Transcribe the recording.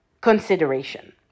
consideration